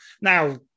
Now